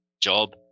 job